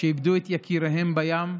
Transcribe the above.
שאיבדו את יקיריהן בים,